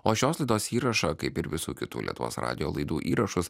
o šios laidos įrašą kaip ir visų kitų lietuvos radijo laidų įrašus